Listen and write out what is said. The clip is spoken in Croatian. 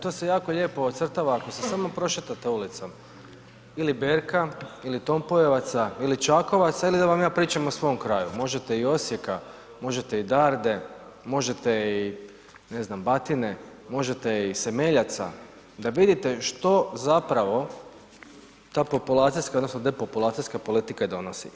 To se jako lijepo ocrtava ako se samo prošetate ulicom ili Berka ili Tompojevaca ili Čakovec ili da vam ja pričam o svome kraju, možete i Osijeka, možete i Darde, možete i Batine, možete i SEmeljaca da vidite što zapravo ta populacijska odnosno depopulacijska politika donosi.